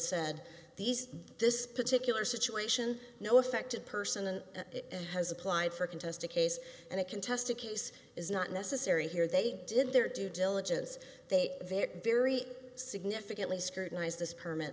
said these this particular situation no effect in person and has applied for a contest a case and a contest a case is not necessary here they did their due diligence they very very significantly scrutinize this permit